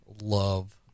love